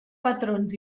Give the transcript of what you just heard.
patrons